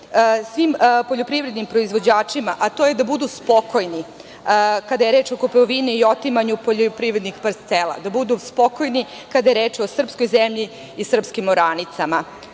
svim poljoprivrednim proizvođačima, a to je da budu spokojni kada je reč o kupovini i otimanju poljoprivrednih parcela, da budu spokojni kada je reč o srpskoj zemlji i srpskim oranicama. Na